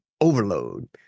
overload